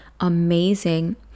amazing